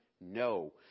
No